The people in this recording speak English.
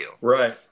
Right